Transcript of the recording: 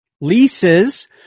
leases